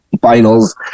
finals